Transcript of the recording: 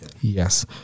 Yes